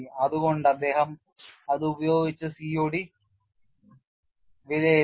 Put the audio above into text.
അതുകൊണ്ട് അദ്ദേഹം അത് ഉപയോഗിച്ച് COD വിലയിരുത്തി